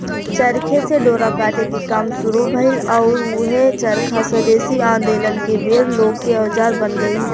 चरखे से डोरा काटे के काम शुरू भईल आउर ऊहे चरखा स्वेदेशी आन्दोलन के बेर लोग के औजार बन गईल